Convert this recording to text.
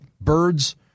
birds